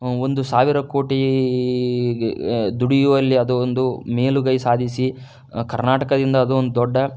ಒಂದು ಸಾವಿರ ಕೋಟಿ ದುಡಿಯುವಲ್ಲಿ ಅದು ಒಂದು ಮೇಲುಗೈ ಸಾಧಿಸಿ ಕರ್ನಾಟಕದಿಂದ ಅದು ಒಂದು ದೊಡ್ಡ